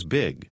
big